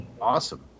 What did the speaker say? awesome